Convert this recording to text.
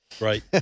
right